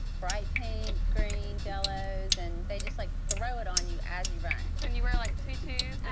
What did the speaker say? bright pinks, greens, yellows. and they just, like, throw it on you as you run. so and you wear, like, tutus,